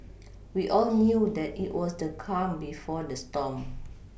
we all knew that it was the calm before the storm